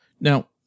Now